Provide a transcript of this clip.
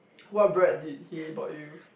what bread did he bought you